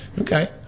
okay